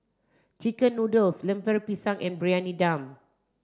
chicken noodles Lemper Pisang and Briyani Dum